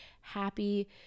happy